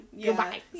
goodbye